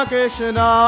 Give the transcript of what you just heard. Krishna